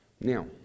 Now